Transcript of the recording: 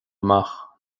amach